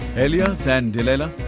ilias and delilah,